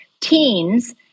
teens